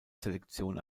selektion